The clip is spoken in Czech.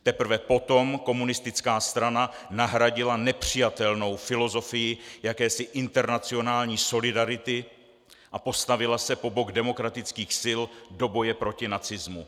Teprve potom komunistická strana nahradila nepřijatelnou filozofii jakési internacionální solidarity a postavila se po bok demokratických sil do boje proti nacismu.